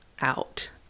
out